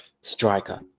striker